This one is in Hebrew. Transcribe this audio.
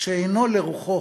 שאינו לרוחו